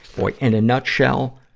boy, in a nutshell,